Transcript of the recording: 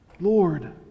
Lord